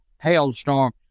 hailstorm